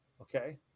Okay